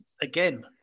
Again